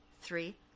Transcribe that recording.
three